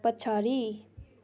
पछाडि